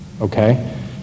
okay